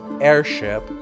airship